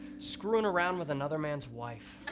screwin around with another man's wife